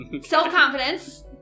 Self-confidence